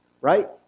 right